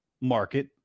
market